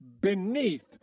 beneath